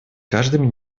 каждым